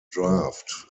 draft